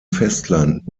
festland